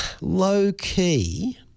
low-key